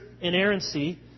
inerrancy